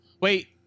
Wait